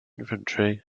infantry